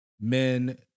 men